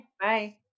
Bye